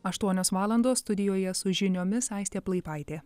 aštuonios valandos studijoje su žiniomis aistė plaipaitė